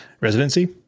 residency